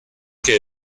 que